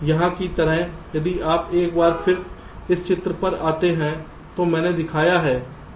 यहाँ की तरह यदि आप एक बार फिर इस चित्र पर आते हैं तो मैंने दिखाया है